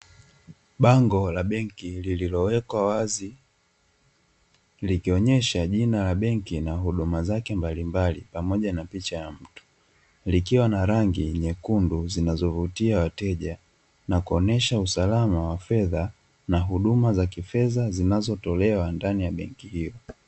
Bango la benki lililowekwa wazi, likionyesha jina la benki na huduma zake mbalimbali pamoja na picha ya mtu, likiwa na rangi nyekundu zinazovutia wateja na kuonyesha usalama wa fedha na huduma za kifedha zinazotolewa ndani ya benki hiyo.